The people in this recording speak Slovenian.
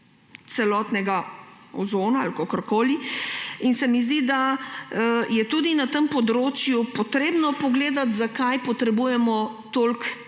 celotnega ozona. Zdi se mi, da je tudi na tem področju potrebno pogledati, zakaj potrebujemo toliko